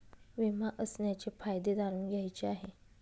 विमा असण्याचे फायदे जाणून घ्यायचे आहे